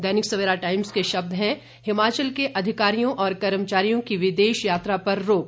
दैनिक Savera times के शब्द हैं हिमाचल के अधिकारियों और कर्मचारियों की विदेश यात्रा पर रोक